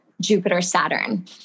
Jupiter-Saturn